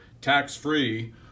tax-free